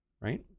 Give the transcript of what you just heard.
Right